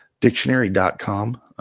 Dictionary.com